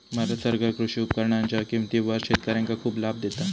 भारत सरकार कृषी उपकरणांच्या किमतीवर शेतकऱ्यांका खूप लाभ देता